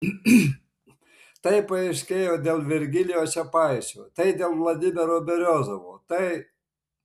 tai paaiškėjo dėl virgilijaus čepaičio tai dėl vladimiro beriozovo tai